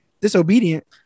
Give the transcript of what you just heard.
disobedient